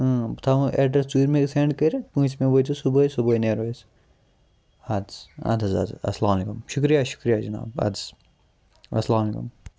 اۭں بہٕ تھاوو ایٚڈرَس ژوٗرمے سیٚنٛڈ کٔرِتھ پوٗنٛژمہِ وٲتۍ زیٚو صُبحٲے صُبحٲے نیرَو أسۍ اَدسا اَدٕ حٕظ اَدٕ حٕظ اَسلامُ علیکُم شُکریہ شُکریہ جِناب اَدسا اَسلامُ علیکُم